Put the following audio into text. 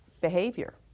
behavior